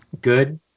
good